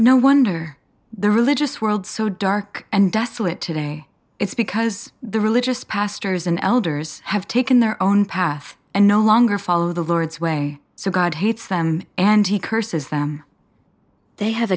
no wonder the religious world so dark and desolate today it's because the religious pastors and elders have taken their own path and no longer follow the lowrance way so god hates them and he curses them they ha